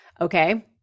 okay